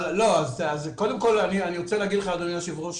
אני רוצה להגיד לך אדוני היו"ר,